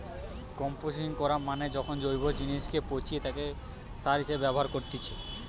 composting করা মানে যখন জৈব জিনিসকে পচিয়ে তাকে সার হিসেবে ব্যবহার করেতিছে